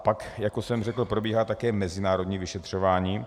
Pak, jak už jsem řekl, probíhá také mezinárodní vyšetřování.